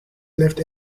left